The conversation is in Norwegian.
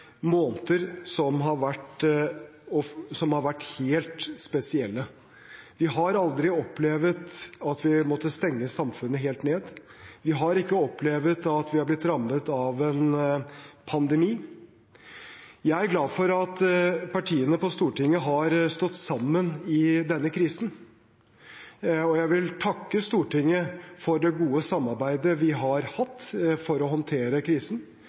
måneder som har vært helt spesielle. Vi har aldri opplevd at vi har måttet stenge samfunnet helt ned. Vi har ikke tidligere opplevd at vi har blitt rammet av en pandemi. Jeg er glad for at partiene på Stortinget har stått sammen i denne krisen. Jeg vil takke Stortinget for det gode samarbeidet vi har hatt for å håndtere krisen.